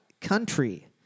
country